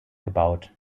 gebaut